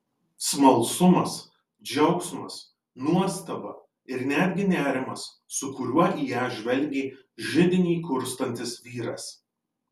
smalsumas džiaugsmas nuostaba ir netgi nerimas su kuriuo į ją žvelgė židinį kurstantis vyras